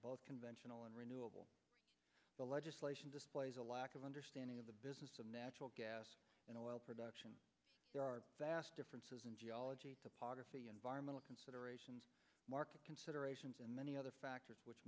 both conventional and renewable the legislation displays a lack of understanding of the business of natural gas and oil production there are vast differences in geology topography environmental considerations market considerations and many other factors which